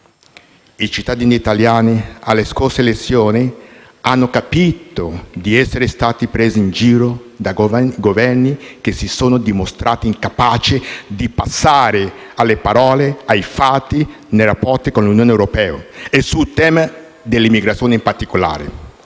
I cittadini italiani alle scorse elezioni hanno capito di essere stati presi in giro da Governi che si sono dimostrati incapaci di passare dalle parole ai fatti nei rapporti con l'Unione europea, in particolare sul tema dell'immigrazione. L'Italia